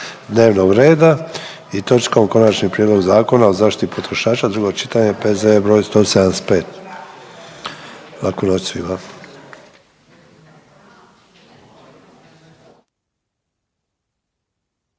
dnevnog reda i točkom Konačni prijedlog Zakona o zaštiti potrošača, drugo čitanje, P.Z.E. br. 175. Laku noć svima.